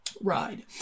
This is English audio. ride